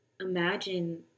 Imagine